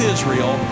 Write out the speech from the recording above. Israel